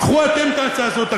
קחו אתם את ההצעה הזאת,